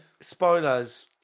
spoilers